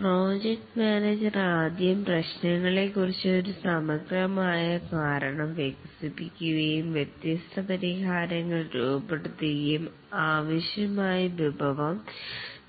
project manager ആദ്യം പ്രശ്നത്തെക്കുറിച്ച് ഒരു സമഗ്രമായ കാരണം വികസിപ്പിക്കുകയും വ്യത്യസ്ത പരിഹാരങ്ങൾ രൂപപ്പെടുത്തുകയും ആവശ്യമായ വിഭവം